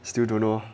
still don't know